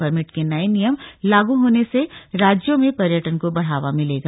permit के नए नियम लागू होने से राज्यों में पर्यटन को बढ़ावा मिलेगा